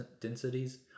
densities